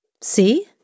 See